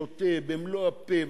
שותה במלוא הפה,